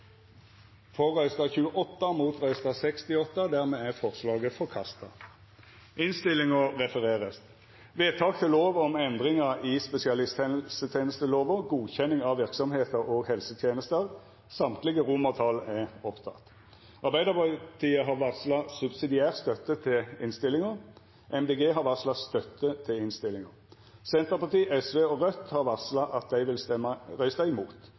for å kunne utføre sine oppgaver. Departementet kan utføre gransking i form av stedlig undersøkelse Arbeidarpartiet har varsla subsidiær støtte til innstillinga. Miljøpartiet Dei Grøne har varsla støtte til innstillinga. Senterpartiet, Sosialistisk Venstreparti og Raudt har varsla at dei vil røysta imot.